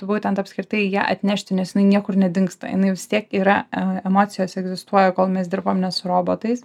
būtent apskritai ją atnešti nes jinai niekur nedingsta jinai vis tiek yra e emocijos egzistuoja kol mes dirbam ne su robotais